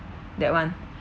that [one]